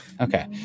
Okay